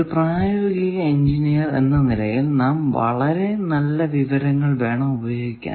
ഒരു പ്രായോഗിക എഞ്ചിനീയർ എന്ന നിലയിൽ നാം വളരെ നല്ല വിവരങ്ങൾ വേണം ഉപയോഗിക്കാൻ